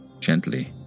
gently